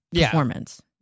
performance